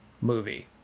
movie